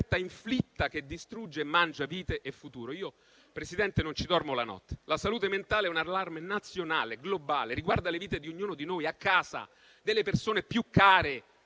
La salute mentale è un allarme nazionale e globale: riguarda le vite di ognuno di noi, delle persone più care,